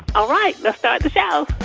all right. let's start the show